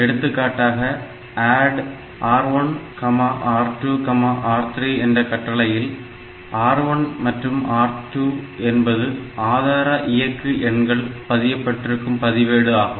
எடுத்துக்காட்டாக add R1R2R3 என்ற கட்டளையில் R1 மற்றும் R2 என்பது ஆதார இயக்கு எண்கள் பதியப்பட்டிருக்கும் பதிவேடு ஆகும்